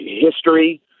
history